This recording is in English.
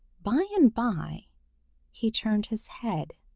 by and by he turned his head.